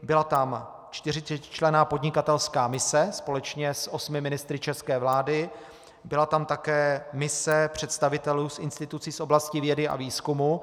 Byla tam 40členná podnikatelská mise společně s osmi ministry české vlády, byla tam také mise představitelů institucí z oblasti vědy a výzkumu.